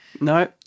No